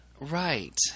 Right